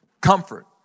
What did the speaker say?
comfort